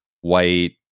white